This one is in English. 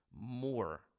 more